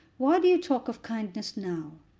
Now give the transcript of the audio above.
why do you talk of kindness now?